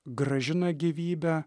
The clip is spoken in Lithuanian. grąžina gyvybę